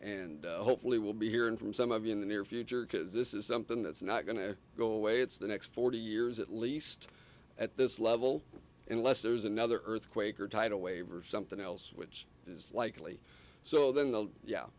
and hopefully we'll be hearing from some of you in the near future because this is something that's not going to go away it's the next forty years at least at this level unless there's another earthquake or tidal wave or something else which is likely so than the yeah